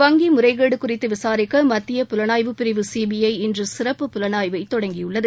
வங்கி முறைகேடு குறித்து விசாரிக்க மத்திய புலனாய்வு பிரிவு சிபிஐ இன்று சிறப்பு புலனாய்வைத் தொடங்கியுள்ளது